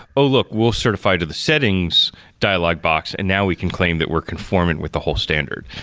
oh, look. we'll certify to the settings dialog box and now we can claim that we're conformant with the whole standard,